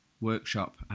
workshop